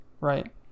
right